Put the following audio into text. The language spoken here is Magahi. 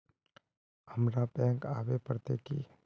हमरा बैंक आवे पड़ते की?